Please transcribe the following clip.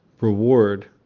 reward